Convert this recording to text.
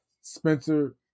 Spencer